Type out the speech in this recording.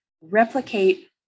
replicate